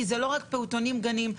כי זה לא רק פעוטונים, גנים.